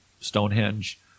Stonehenge